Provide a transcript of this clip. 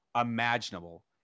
imaginable